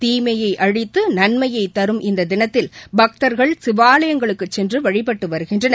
தீமையை அழித்து நன்மையை தரும் இந்த தினத்தில் பக்தர்கள் சிவாலயங்களுக்குச் சென்று வழிபாட்டு வருகின்றனர்